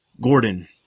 Gordon